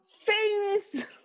famous